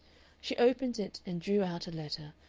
she opened it and drew out a letter,